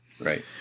Right